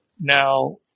Now